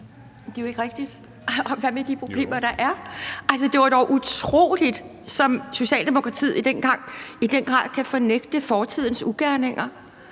Det er jo ikke rigtigt. Og hvad med de problemer, der er? Altså, det var dog utroligt, som Socialdemokratiet i den grad kan fornægte fortidens ugerninger.